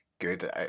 Good